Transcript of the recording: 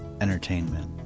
entertainment